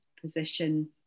position